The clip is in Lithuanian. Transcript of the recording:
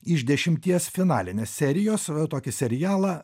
iš dešimties finalinės serijos tokį serialą